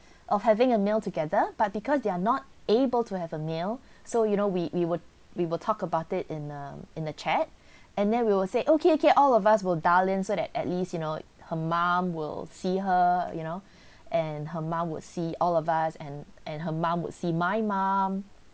of having a meal together but because they are not able to have a meal so you know we we would we will talk about it in um in the chat and then we will say okay okay all of us will dial in so that at least you know her mom will see her you know and her mum would see all of us and and her mum would see my mom